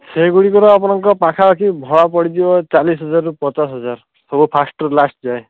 ସେଗୁଡ଼ିକର ଆପଣଙ୍କ ପାଖଆଖି ଭଡ଼ା ପଡ଼ିଯିବ ଚାଲିଶ ହଜାରରୁ ପଚାଶ ହଜାର ସବୁ ଫାଷ୍ଟ୍ରୁ ଲାଷ୍ଟ୍ ଯାଏ